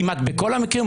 כמעט בכל המקרים,